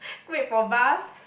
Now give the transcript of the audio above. wait for bus